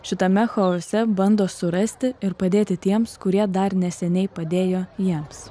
šitame chaose bando surasti ir padėti tiems kurie dar neseniai padėjo jiems